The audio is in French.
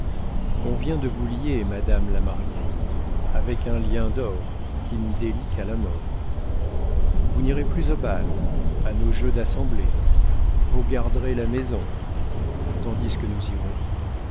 on vient de vous lier madam la mariée avec un lien d'or qui n'délie qu'à la mort vous n'irez plus au bal à nos jeux d'assemblée vous gard'rez la maison tandis que nous irons